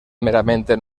meramente